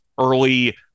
early